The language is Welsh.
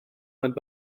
ond